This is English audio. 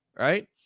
Right